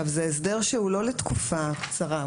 זה הסדר שהוא לא לתקופה קצרה,